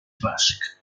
basc